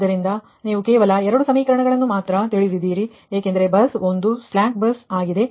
ಆದ್ದರಿಂದ ನೀವು ಕೇವಲ ಎರಡು ಸಮೀಕರಣವನ್ನು ಹೊಂದಿದ್ದೀರಿ ಏಕೆಂದರೆ ಬಸ್ 1 ಸ್ಲಾಕ್ ಬಸ್ ಆಗಿದೆ